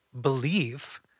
believe